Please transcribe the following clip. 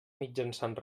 mitjançant